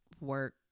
work